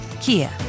Kia